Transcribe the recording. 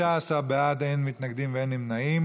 מי נמנע?